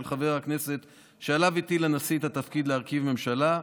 חבר הכנסת שעליו הטיל נשיא המדינה את התפקיד להרכיב ממשלה".